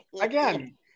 Again